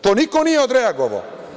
To niko nije odreagovao.